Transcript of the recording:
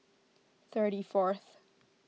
thirty fourth